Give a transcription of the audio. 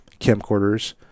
camcorders